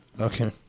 Okay